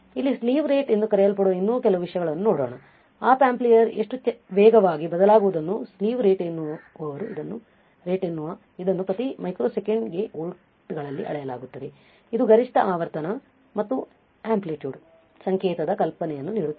ಇನ್ನು slew rate ಎಂದು ಕರೆಯಲ್ಪಡುವ ಇನ್ನೂ ಕೆಲವು ವಿಷಯಗಳನ್ನು ನೋಡೋಣ ಆಪ್ ಆಂಪಿಯರ್ ಎಷ್ಟು ವೇಗವಾಗಿ ಬದಲಾಗುವುದನ್ನು ಸ್ಲಿವ್ ರೇಟ್ ಎನ್ನುವರು ಇದನ್ನು ಪ್ರತಿ ಮೈಕ್ರೊಸೆಕೆಂಡ್ ಗೆ ವೋಲ್ಟ್ಗಳಲ್ಲಿ ಅಳೆಯಲಾಗುತ್ತದೆ ಇದು ಗರಿಷ್ಠ ಆವರ್ತನ ಮತ್ತು ಅಂಪ್ಲಿಟ್ಯುಡ್ ಸಂಕೇತದ ಕಲ್ಪನೆಯನ್ನು ನೀಡುತ್ತದೆ